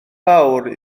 fawr